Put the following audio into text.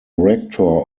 rector